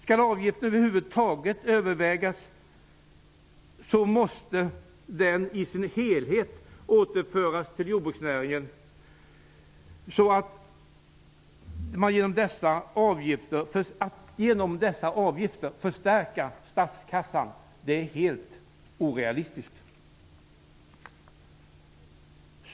Skall avgifter över huvud taget övervägas måste de i sin helhet återföras till jordbruksnäringen. Att genom dessa avgifter förstärka statskassan är helt orealistiskt.